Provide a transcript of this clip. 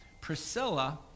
Priscilla